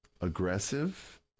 aggressive